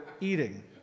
eating